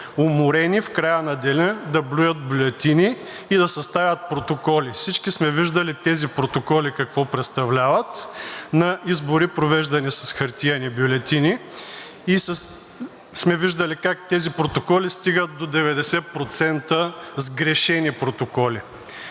уморени, в края на деня да броят бюлетини и да съставят протоколи. Всички сме виждали тези протоколи какво представляват на избори, провеждани с хартиени бюлетини, и сме виждали как тези протоколи стигат до 90% сгрешени протоколи.